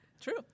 True